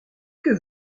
que